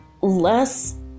less